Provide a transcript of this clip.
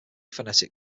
phonetic